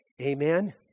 Amen